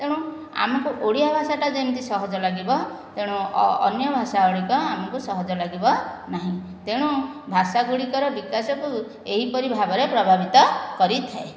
ତେଣୁ ଆମକୁ ଓଡ଼ିଆ ଭାଷାଟା ଯେମତି ସହଜ ଲାଗିବ ତେଣୁ ଅନ୍ୟ ଭାଷାଗୁଡ଼ିକ ଆମକୁ ସହଜ ଲାଗିବ ନାହିଁ ତେଣୁ ଭାଷାଗୁଡ଼ିକର ବିକାଶକୁ ଏଇପରି ଭାବରେ ପ୍ରଭାବିତ କରିଥାଏ